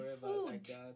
Food